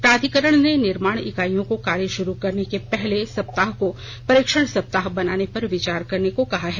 प्राधिकरण ने निर्माण इकाइयों को कार्य शुरू करने के पहले सप्ताह को परीक्षण सप्ताह बनाने पर विचार करने को कहा है